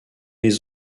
les